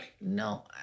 No